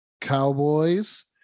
Cowboys